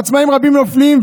עצמאים רבים נופלים,